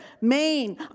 Maine